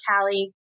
Callie